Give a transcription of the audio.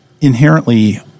inherently